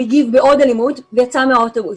הגיב בעוד אלימות ויצא מן האוטובוס.